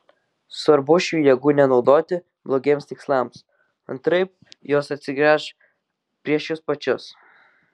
svarbu šių jėgų nenaudoti blogiems tikslams antraip jos atsigręš prieš jus pačius